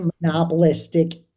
monopolistic